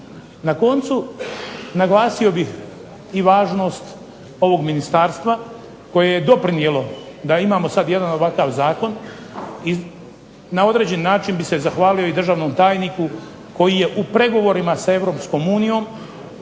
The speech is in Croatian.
Na koncu, naglasio bih i važnost ovog ministarstva koje je doprinijelo da imamo sad jedan ovakav zakon i na određen način bi se zahvalio i državnom tajniku koji je u pregovorima s Europskom unijom